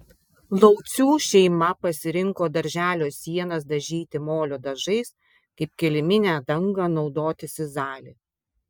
laucių šeima pasirinko darželio sienas dažyti molio dažais kaip kiliminę dangą naudoti sizalį